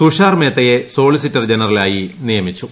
തുഷാർമേത്തയെ solicitor ജനറലായി നിയമിച്ചു